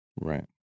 Right